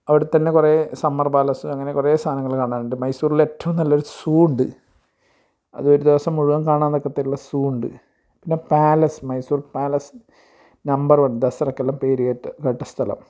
അവിടെത്തന്നെ കുറെ summer palace അങ്ങനെ കുറെ സാധനങ്ങൾ കാണാനുണ്ട് മൈസൂരിലേറ്റവും നല്ലൊരു സൂ ഉണ്ട് അത് ഒരു ദിവസം മുഴുവൻ കാണാൻ തക്കതിനുള്ള സൂവൊണ്ട് പിന്നെ palace Mysore palace number one ദസറയ്ക്കല്ല് പേര് കേട്ട സ്ഥലം